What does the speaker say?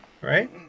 Right